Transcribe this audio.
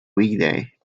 weekday